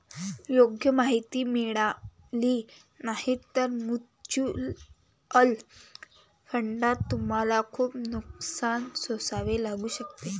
योग्य माहिती मिळाली नाही तर म्युच्युअल फंडात तुम्हाला खूप नुकसान सोसावे लागू शकते